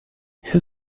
who